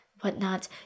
whatnot